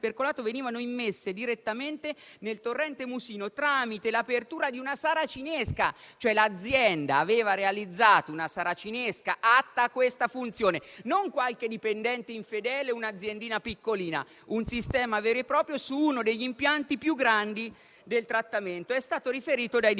venivano immesse direttamente nel torrente Mussino tramite l'apertura di una saracinesca. L'azienda aveva cioè realizzato una saracinesca atta a questa funzione; non si trattava di qualche dipendente infedele o di un'aziendina piccolina, ma di un sistema vero e proprio su uno degli impianti di trattamento più grandi e questo è stato riferito dai dipendenti.